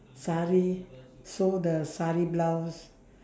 sari so the sari blouse